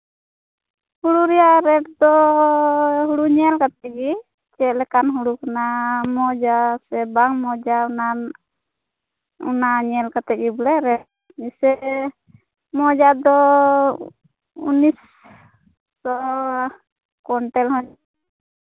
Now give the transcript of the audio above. ᱦᱩᱲᱩ ᱨᱮᱟᱜ ᱨᱮᱹᱴ ᱫᱚ ᱦᱩᱲᱩ ᱧᱮᱞ ᱠᱟᱛᱮᱫ ᱜᱮ ᱪᱮᱫᱥᱮᱠᱟᱱ ᱦᱩᱲᱩ ᱠᱟᱱᱟ ᱢᱚᱡᱟ ᱥᱮ ᱵᱟᱝ ᱢᱚᱡᱟ ᱚᱱᱟ ᱧᱮᱞ ᱠᱟᱛᱮᱫ ᱜᱮ ᱵᱚᱞᱮ ᱡᱚᱭᱥᱮ ᱢᱚᱡᱟᱜ ᱫᱚ ᱩᱱᱤᱥ ᱥᱚ ᱠᱚᱢ ᱛᱮᱦᱚᱧ